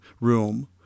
room